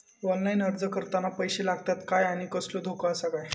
Online अर्ज करताना पैशे लागतत काय आनी कसलो धोको आसा काय?